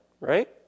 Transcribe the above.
right